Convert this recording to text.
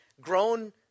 grown